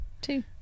two